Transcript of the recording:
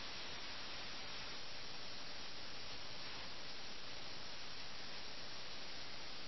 ഗോമതി നദിയാണ് ഈ നിർദ്ദിഷ്ട കഥയുടെ അവസാനഘട്ടം